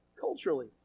culturally